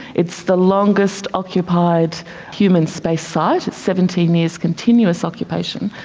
it's the longest occupied human space site, seventeen years continuous occupation.